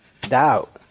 doubt